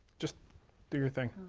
just do your thing.